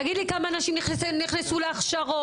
תגיד לי כמה נשים נכנסו להכשרות.